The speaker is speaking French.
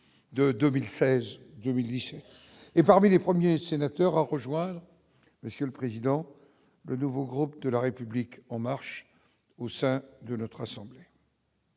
de 2016, 2017 et parmi les premiers sénateurs a rejoint, Monsieur le Président, le nouveau groupe de la République en marche au sein de notre assemblée.